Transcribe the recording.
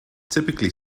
typically